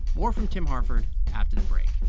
more from tim harford after the break